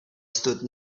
stood